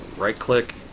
right-click,